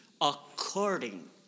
according